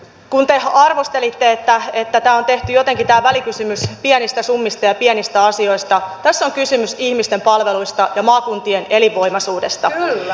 kun te arvostelitte että tämä välikysymys on tehty jotenkin pienistä summista ja pienistä asioista niin tässä on kysymys ihmisten palveluista ja maakuntien elinvoimaisuudesta